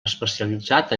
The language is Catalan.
especialitzat